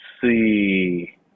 see